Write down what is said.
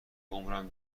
عمرم